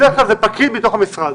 בדרך כלל זה פקיד מתוך המשרד